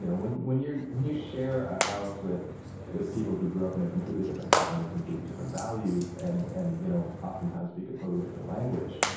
you know when when you're when you share a house with with people who grew up in a completely different time with completely different values and, and you know, oftentimes speak a totally different language,